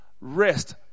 rest